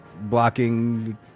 Blocking